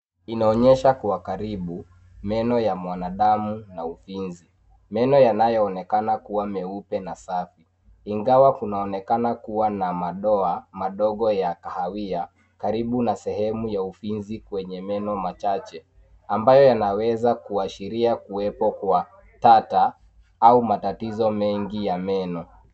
Inaonyesha kwa karibu meno ya mwanadamu na ufizi. Meno yanayoonekana kuwa meupe na safi. Ingawa kunaonekana kuwa na madoa madogo ya kahawia karibu na sehemu ya ufizi kwenye machache, ambayo yanaweza kuashiria kuwepo kwa tata au matatizo mengi ya meno.